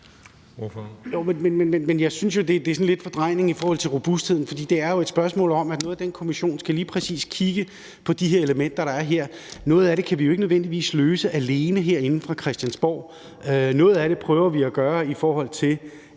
jeg synes, at det er sådan lidt en fordrejning i forhold til robustheden, for det er jo et spørgsmål om, at kommissionen skal kigge på lige præcis de elementer, der er her. Noget af det kan vi ikke nødvendigvis løse alene herinde fra Christiansborg. Noget af det prøver vi at gøre, i forhold til